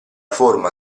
forma